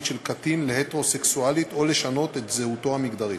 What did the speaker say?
של קטין להטרוסקסואלית או את זהותו המגדרית,